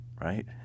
right